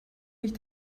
sich